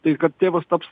tai kad tėvas taps